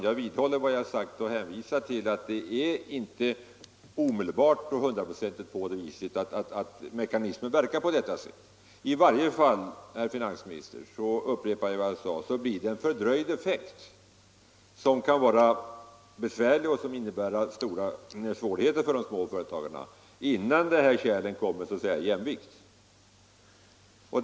Jag vidhåller vad jag har sagt och hänvisar till att det inte är hundraprocentigt säkert att mekanismen verkar på detta sätt. Jag upprepar, herr finansminister, att i varje fall blir det en fördröjd effekt som kan vara besvärlig och som kan innebära stora svårigheter för de små företagen innan nivån i dessa kärl blir densamma.